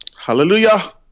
hallelujah